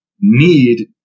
need